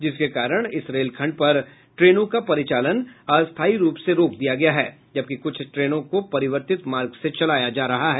जिसके कारण इस रेलखंड पर ट्रेनों का परिचालन अस्थीय रूप से रोक दिया गया है जबकि कुछ ट्रेनों को परिवर्तित मार्ग से चलाया गया है